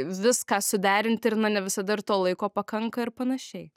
viską suderinti ir na ne visada ir to laiko pakanka ir panašiai